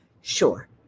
Sure